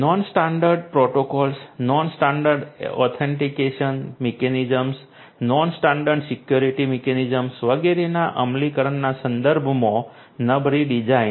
nonstandard protocols nonstandard authentication mechanisms nonstandard security mechanisms વગેરેના અમલીકરણના સંદર્ભમાં નબળી ડિઝાઇન